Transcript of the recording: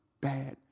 bad